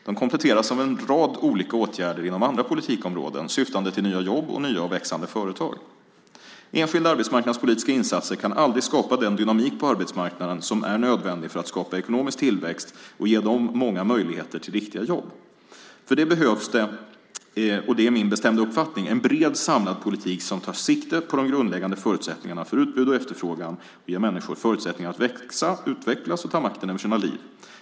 De kompletteras av en rad olika åtgärder inom andra politikområden, syftande till nya jobb och nya och växande företag. Enskilda arbetsmarknadspolitiska insatser kan aldrig skapa den dynamik på arbetsmarknaden som är nödvändig för att skapa ekonomisk tillväxt och ge de många möjligheter till riktiga jobb. För det behövs det, och det är min bestämda uppfattning, en bred, samlad politik som tar sikte på de grundläggande förutsättningarna för utbud och efterfrågan och ger människor förutsättningar att växa, utvecklas och ta makten över sina liv.